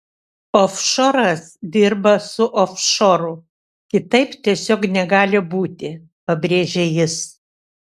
ofšoras dirba su ofšoru kitaip tiesiog negali būti pabrėžė jis